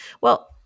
Well-